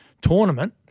tournament